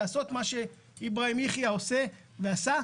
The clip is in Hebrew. לעשות מה שאיברהים יחיא עושה ועשה.